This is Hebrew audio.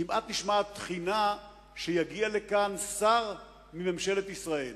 נשמעה כמעט תחינה שיגיע לכאן שר מממשלת ישראל.